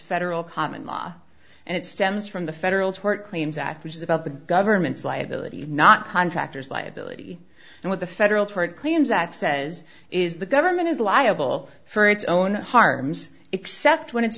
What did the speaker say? federal common law and it stems from the federal tort claims act which is about the government's liability not contractors liability and what the federal tort claims act says is the government is liable for its own harms except when it's